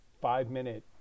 five-minute